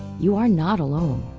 you are not alone.